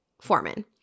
Foreman